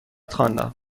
خواندم